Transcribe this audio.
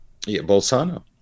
Bolsano